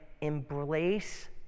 embrace